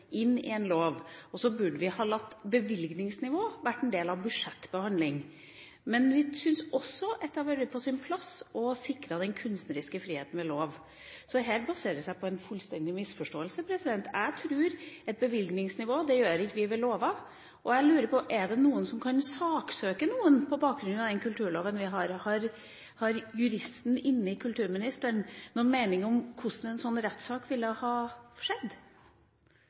inn i en lov, og så burde vi latt bevilgningsnivå være en del av budsjettbehandling. Men vi syns også det hadde vært på sin plass å sikre den kunstneriske friheten ved lov. Så her baserer det seg på en fullstendig misforståelse. Jeg tror ikke vi vedtar bevilgningsnivå ved lover. Jeg lurer på om det er noen som kan saksøke noen på bakgrunn av den kulturloven vi har? Har juristen inni kulturministeren noen mening om hvordan en sånn rettssak